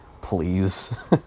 please